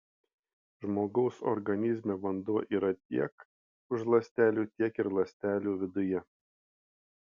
žmogaus organizme vanduo yra tiek už ląstelių tiek ir ląstelių viduje